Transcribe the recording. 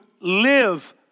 live